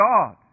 God